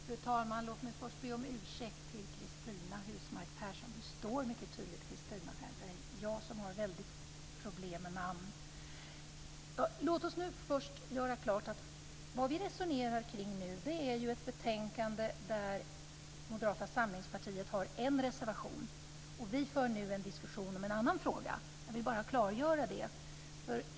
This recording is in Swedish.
Fru talman! Låt mig först be Cristina Husmark Pehrsson om ursäkt. Det står mycket tydligt Cristina här. Det är jag som har stora problem med namn. Låt oss först göra klart att vi resonerar kring ett betänkande där Moderata samlingspartiet har en reservation. Nu för vi en diskussion om en annan fråga. Jag vill bara klargöra det.